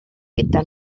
gyda